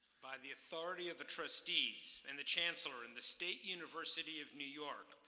by the authority of the trustees, and the chancellor, and the state university of new york,